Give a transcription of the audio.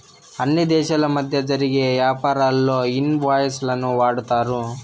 అన్ని దేశాల మధ్య జరిగే యాపారాల్లో ఇన్ వాయిస్ లను వాడతారు